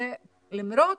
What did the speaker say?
למרות